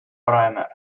primer